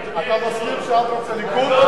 רוברט, אתה מזכיר שהעם רוצה ליכוד?